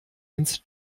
ins